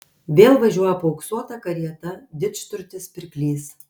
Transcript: vėl važiuoja paauksuota karieta didžturtis pirklys